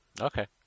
Okay